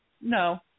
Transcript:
No